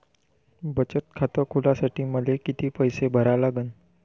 बचत खात खोलासाठी मले किती पैसे भरा लागन?